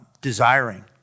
desiring